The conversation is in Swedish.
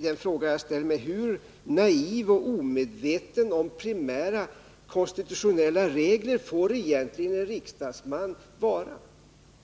Jag frågar mig hur naiv och omedveten om primära konstitutionella regler en riksdagsman egentligen får vara.